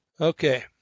Okay